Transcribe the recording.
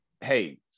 hey